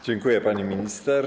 Dziękuję, pani minister.